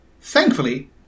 Thankfully